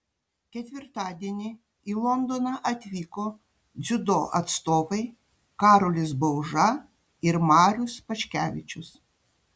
ketvirtadienį į londoną atvyko dziudo atstovai karolis bauža ir marius paškevičius